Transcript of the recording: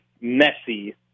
messy